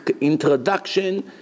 introduction